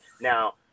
now